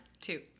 two